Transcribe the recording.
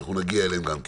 שאנחנו נגיע אליהם גם כן.